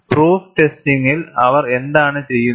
proof ടെസ്റ്റിംഗിൽഅവർ എന്താണ് ചെയ്യുന്നത്